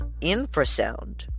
infrasound